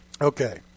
Okay